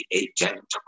agent